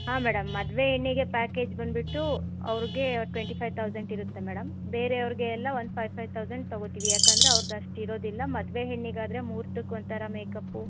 ಹಾಂ ಮೇಡಮ್ ಮದುವೆ ಹೆಣ್ಣಿಗೆ ಪ್ಯಾಕೇಜ್ ಬಂದುಬಿಟ್ಟು ಅವ್ರಿಗೆ ಟ್ವೆಂಟಿ ಫೈವ್ ತೌಸೆಂಟ್ ಇರುತ್ತೆ ಮೇಡಮ್ ಬೇರೆಯವ್ರಿಗೆ ಎಲ್ಲ ಒನ್ ಫೈವ್ ಫೈವ್ ತೌಝಂಡ್ ತಗೊತೀವಿ ಯಾಕಂದರೆ ಅವ್ರ್ದು ಅಷ್ಟು ಇರೋದಿಲ್ಲ ಮದುವೆ ಹೆಣ್ಣಿಗಾದರೆ ಮುಹೂರ್ತಕ್ಕೆ ಒಂಥರ ಮೇಕಪ್ಪು